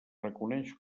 reconeix